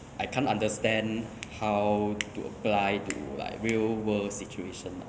I can't understand how to apply to like real world situation